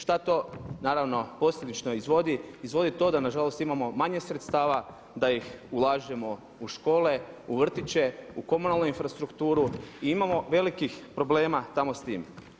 Šta to naravno posljedično izvodi, izvodi to da nažalost imamo manje sredstava da ih ulažemo u škole, u vrtiće, u komunalnu infrastrukturu i imamo velikih problema tamo s tim.